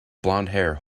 blondhair